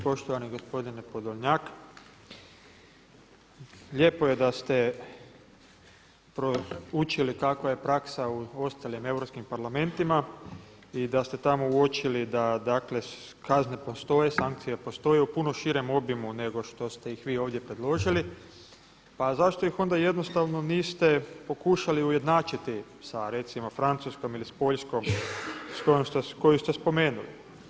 Poštovani gospodine Podolnjak, lijepo je da ste proučili kakva je praksa u ostalim europskim parlamentima i da ste tamo uočili da kazne postoje, sankcije postoje u puno širem obimu nego što ste ih vi ovdje predložili, pa zašto ih onda jednostavno niste pokušali izjednačiti sa recimo sa Francuskom ili s Poljskom koju ste spomenuli?